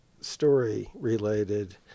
story-related